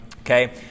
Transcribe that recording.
Okay